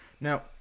Now